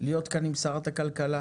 להיות כאן עם שרת הכלכלה